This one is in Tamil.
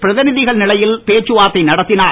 பிரதிநிதிகள் நிலையில் பேச்சுவார்த்தை நடத்தினர்